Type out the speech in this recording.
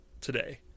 today